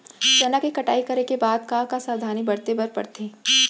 चना के कटाई करे के बाद का का सावधानी बरते बर परथे?